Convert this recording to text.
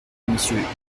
monsieur